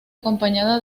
acompañada